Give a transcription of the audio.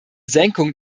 senkung